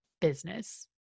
business